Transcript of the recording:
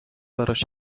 براش